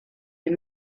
est